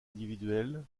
individuelles